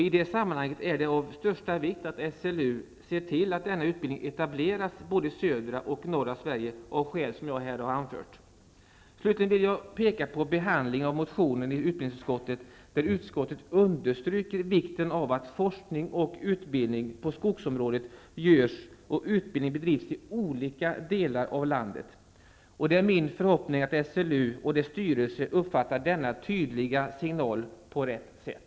I det sammanhanget är det av största vikt att SLU ser till att denna utbildning etableras både i södra och norra Sverige av skäl som jag här har anfört. Slutligen vill jag peka på behandlingen av motionen i utbildningsutskottet. Utskottet understryker vikten av att forskning och utbildning på skogsområdet bedrivs i olika delar av landet. Det är min förhoppning att SLU och dess styrelse uppfattar denna tydliga signal på rätt sätt.